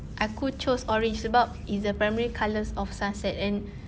aku chose orange sebab it's the primary colors of sunset and